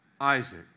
Isaac